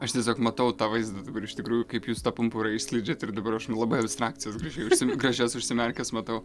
aš tiesiog matau tą vaizdą dabar iš tikrųjų kaip jus tą pumpurą išskleidžiat ir dabar aš nu labai abstrakcijas gražiai užsi gražias užsimerkęs matau